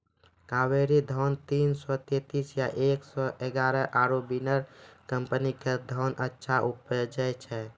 कावेरी धान तीन सौ तेंतीस या एक सौ एगारह आरु बिनर कम्पनी के धान अच्छा उपजै छै?